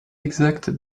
exacte